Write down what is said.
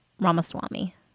Ramaswamy